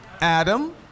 Adam